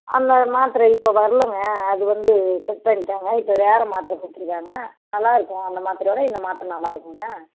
அந்த மாத்திரை இப்போ வரலங்க அது வந்து கட் பண்ணிட்டாங்க இப்போ வேறே மாத்திரை கொடுத்துருக்காங்க நல்லாயிருக்கும் அந்த மாத்திரையோட இந்த மாத்திரை நல்லாயிருக்குங்க